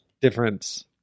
difference